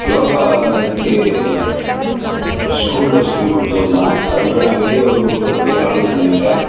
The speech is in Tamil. யோகா எனக்கு ஸ்கூலில் சொல்லிக் கொடுத்ததுதான் அதன்பிறகு நான் வெளியே வகுப்புகளில் போய் கலந்துக்கிட்டது இல்லை